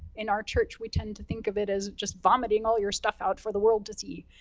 in our church we tend to think of it as just vomiting all your stuff out for the world to see.